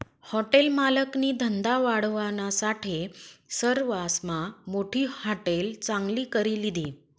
hotel मालकनी धंदा वाढावानासाठे सरवासमा मोठी हाटेल चांगली करी लिधी